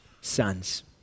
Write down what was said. sons